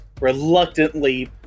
reluctantly